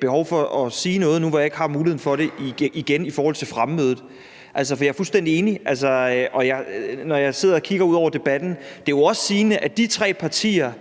behov for at sige noget nu, hvor jeg ikke får muligheden for det igen, i forhold til fremmødet. For jeg er fuldstændig enig, og når jeg sidder og kigger på debatten, er det jo også sigende, at de tre partier,